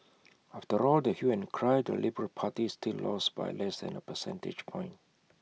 after all the hue and cry the liberal party still lost by less than A percentage point